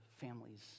families